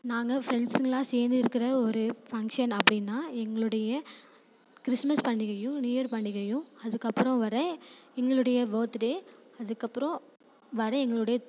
நாங்கள் ஃப்ரெண்ட்ஸுங்கெலாம் சேர்ந்து இருக்கிற ஒரு ஃபங்க்ஷன் அப்படினால் எங்களுடைய கிறிஸ்மஸ் பண்டிகையும் நியூ இயர் பண்டிகையும் அதுக்கு அப்புறம் வர எங்களுடைய பர்த் டே அதுக்கு அப்புறம் வர எங்களுடைய